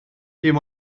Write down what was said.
dim